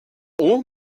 old